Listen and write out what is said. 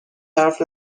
حرف